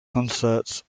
concerts